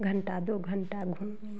घंटा दो घंटा घूम